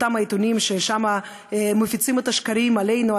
אותם עיתונים ששם מפיצים את השקרים עלינו,